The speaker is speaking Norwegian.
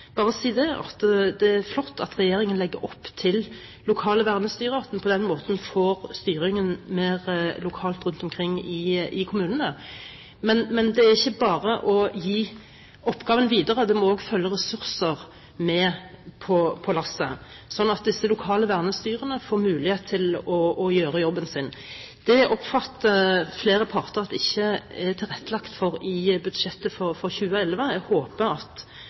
at det er flott at regjeringen legger opp til lokale vernestyrer, og at en på den måten får styringen mer lokalt rundt omkring i kommunene. Men det er ikke bare å gi oppgaven videre, det må også følge ressurser med på lasset, slik at de lokale vernestyrene får mulighet til å gjøre jobben sin. Det oppfatter flere parter at det ikke er tilrettelagt for i budsjettet for 2011. Jeg håper at